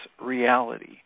reality